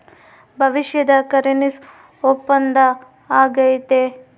ಭವಿಷ್ಯದ ಕರೆನ್ಸಿ ಒಪ್ಪಂದ ಆಗೈತೆ